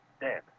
dead